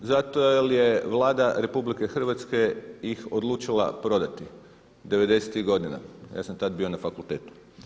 Zato jer je Vlada RH ih odlučila prodati '90.-tih godina a ja sam tada bio na fakultetu.